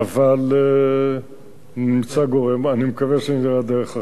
אבל אני מקווה שנמצא דרך אחרת לכך.